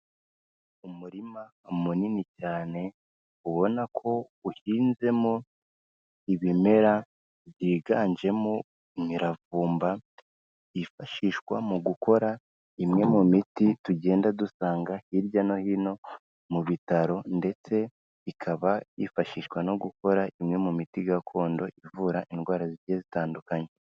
Umurima munini cyane ubona ko uhinzemo ibimera byiganjemo imiravumba yifashishwa mu gukora imwe mu miti tugenda dusanga hirya no hino mu bitaro ndetse ikaba yifashishwa no gukora imwe mu miti gakondo ivura indwara zigiye zitandukanye.